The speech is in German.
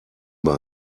bei